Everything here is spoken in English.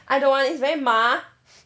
I don't want it's very 麻